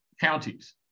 counties